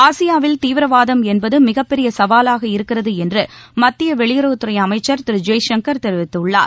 ஆசியாவில் தீவிரவாதம் என்பது மிகப்பெரிய சவாவாக இருக்கிறது என்று மத்திய வெளியுறவுத்துறை அமைச்சர் திரு ஜெயசங்கர் தெரிவித்துள்ளார்